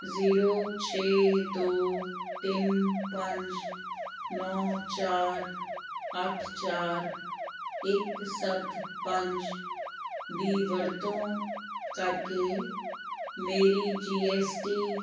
zero ਛੇ ਦੋ ਤਿੰਨ ਪੰਜ ਨੌ ਚਾਰ ਅੱਠ ਚਾਰ ਇੱਕ ਸੱਤ ਪੰਜ ਦੀ ਵਰਤੋਂ ਕਰਕੇ ਮੇਰੀ ਜੀ ਐੱਸ ਟੀ